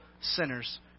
sinners